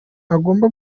agomba